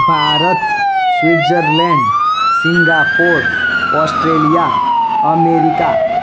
Bharat Switzerland Singapore Australia America